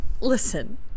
Listen